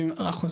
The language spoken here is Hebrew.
החוזה